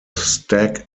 stack